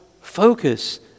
focus